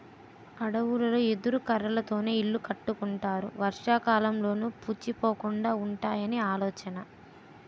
అడవులలో ఎదురు కర్రలతోనే ఇల్లు కట్టుకుంటారు వర్షాకాలంలోనూ పుచ్చిపోకుండా వుంటాయని ఆలోచన